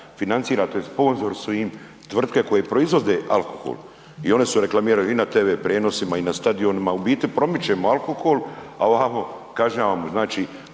tj. sponzor su im tvrtke koje proizvode alkohol i one se reklamiraju i na tv prijenosima i na stadionima. U biti promičemo alkohol, a ovamo kažnjavamo o